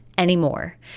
anymore